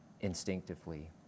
instinctively